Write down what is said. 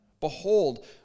Behold